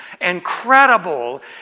Incredible